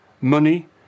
money